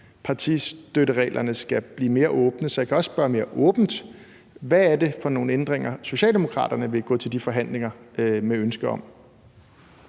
partistøttereglerne skal blive mere åbne. Så jeg kan også spørge mere åbent: Hvad er det for nogle ændringer, Socialdemokraterne vil gå til de forhandlinger med ønske om?